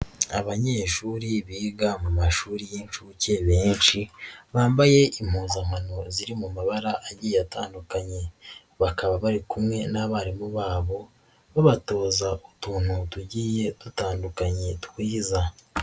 Abanyeshuri biga mu mashuri y'inshuke benshi bambaye impuzankano ziri mu mabara agiye atandukanye, bakaba bari kumwe n'abarimu babo, babatoza utuntu tugiye dutandukanye twiza.